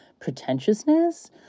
pretentiousness